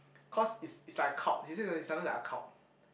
cause is is like a cult he say it's something something like a cult